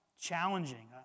challenging